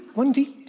one d.